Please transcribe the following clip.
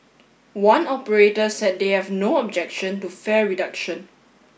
one operator said they have no objection to fare reduction